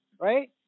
right